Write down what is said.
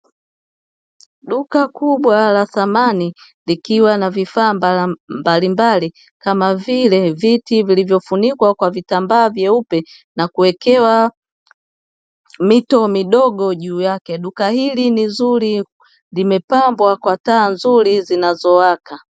Duka kubwa la samani likiwa na vifaa mbalimbali kama vile viti vilivyofunikwa kwa vitambaa vyeupe na kuwekewa mito midogo juu yake. Duka hili ni zuri, limepambwa kwa taa nzuri zinazowaka.